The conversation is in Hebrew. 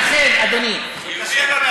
אדוני, נא לסיים.